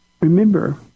remember